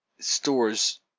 stores